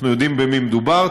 אנחנו יודעים במי מדובר,